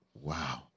Wow